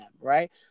right